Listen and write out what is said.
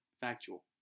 factual